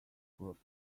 groups